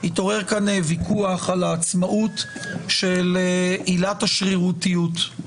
התעורר כאן ויכוח על העצמאות של עילות השרירותיות.